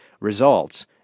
results